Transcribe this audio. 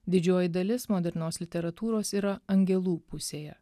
didžioji dalis modernios literatūros yra angelų pusėje